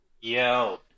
yo